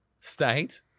state